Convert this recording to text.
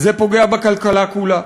זה פוגע בכלכלה כולה.